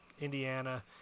Indiana